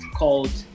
called